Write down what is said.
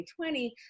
2020